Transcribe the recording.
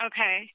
Okay